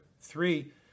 three